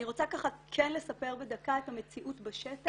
אני רוצה כן לספר בדקה את המציאות בשטח.